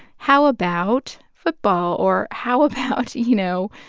how about football? or how about, you know,